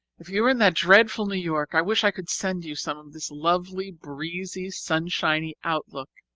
if you are in that dreadful new york, i wish i could send you some of this lovely, breezy, sunshiny outlook.